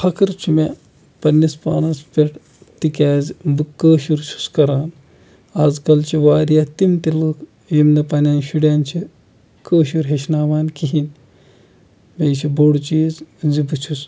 فخر چھُ مےٚ پنٕنِس پانَس پٮ۪ٹھ تِکیٛازِ بہٕ کٲشُر چھُس کَران اَزکَل چھِ واریاہ تِم تہِ لُکھ یِم نہٕ پنٕنٮ۪ن شُرٮ۪ن چھِ کٲشُر ہیٚچھناوان کِہیٖنٛۍ یہِ چھُ بوٚڈ چیٖز زِ بہٕ چھُس